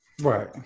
Right